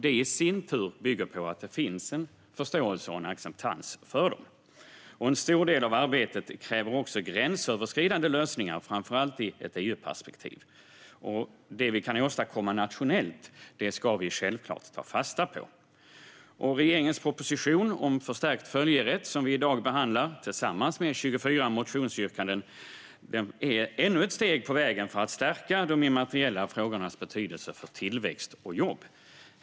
Det i sin tur bygger på att det finns en förståelse och en acceptans för dem. En stor del av arbetet kräver också gränsöverskridande lösningar, framför allt i ett EU-perspektiv. Det vi kan åstadkomma nationellt ska vi självklart ta fasta på. Regeringens proposition om förstärkt följerätt, som vi i dag behandlar tillsammans med 24 motionsyrkanden, är ännu ett steg på vägen för att stärka de immateriella frågornas betydelse för tillväxt och jobb.